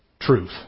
truth